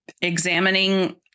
examining